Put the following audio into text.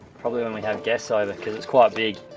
probably when we have guests over, cause it's quite big.